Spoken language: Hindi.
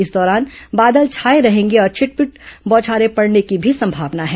इस दौरान बादल छाए रहेंगे और छिटपुट बौछारें पडने की भी संभावना है